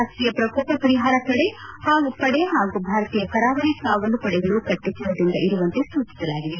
ರಾಷ್ಷೀಯ ಪ್ರಕೋಪ ಪರಿಹಾರ ಪಡೆ ಹಾಗೂ ಭಾರತೀಯ ಕರಾವಳಿ ಕಾವಲುಪಡೆಗಳು ಕಟ್ಟೆಚ್ವರದಿಂದ ಇರುವಂತೆ ಸೂಜಿಸಲಾಗಿದೆ